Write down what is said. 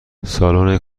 سالن